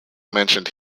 mentioned